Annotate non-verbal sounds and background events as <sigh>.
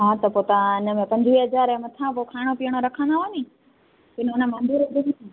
हा त पोइ तां हिन में पंजुवीह हज़ार मथां पोि खाइण पीअण जो रखंदव नि की न उनमें <unintelligible>